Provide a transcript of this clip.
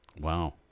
Wow